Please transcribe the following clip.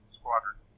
squadron